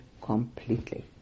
completely